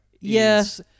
Yes